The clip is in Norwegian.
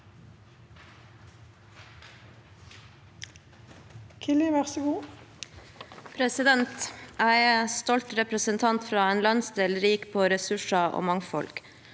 Jeg er en stolt representant fra en landsdel rik på ressurser og mangfold.